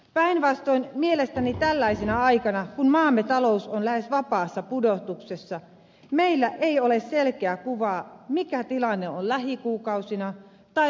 päinvastoin mielestäni tällaisena aikana kun maamme talous on lähes vapaassa pudotuksessa meillä ei ole selkeää kuvaa mikä tilanne on lähikuukausina tai lähivuosina